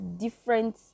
different